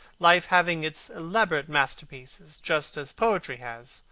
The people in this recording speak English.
life having its elaborate masterpieces, just as poetry has,